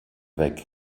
weg